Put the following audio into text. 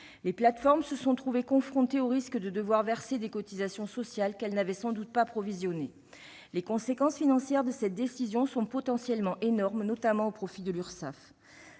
Les plateformes se sont trouvées confrontées au risque de devoir verser des cotisations sociales qu'elles n'avaient sans doute pas provisionnées. Les conséquences financières de cette décision sont potentiellement énormes, notamment au profit de l'Urssaf.